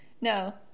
No